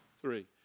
three